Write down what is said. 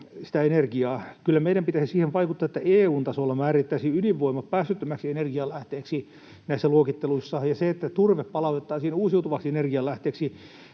sitä energiaa. Kyllä meidän pitäisi siihen vaikuttaa, että EU:n tasolla määriteltäisiin ydinvoima päästöttömäksi energianlähteeksi näissä luokitteluissa. Ja kun turve palautettaisiin uusiutuvaksi energianlähteeksi,